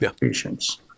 patients